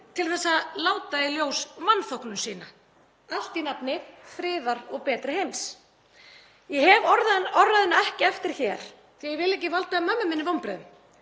til að láta í ljós vanþóknun sína, allt í nafni friðar og betri heims. Ég hef orðræðuna ekki eftir hér því að ég vil ekki valda mömmu minni vonbrigðum